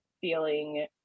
feeling